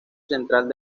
central